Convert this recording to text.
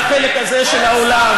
חברי מהחלק הזה של האולם,